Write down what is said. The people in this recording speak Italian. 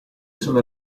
sono